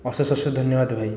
ଅଶେଷ ଅଶେଷ ଧନ୍ୟବାଦ ଭାଇ